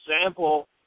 example